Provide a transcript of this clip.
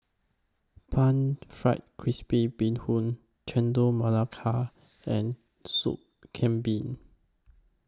Pan Fried Crispy Bee Hoon Chendol Melaka and Soup Kambing